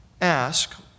ask